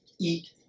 eat